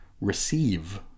receive